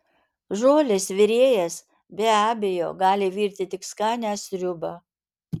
žuolis virėjas be abejo gali virti tik skanią sriubą